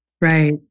right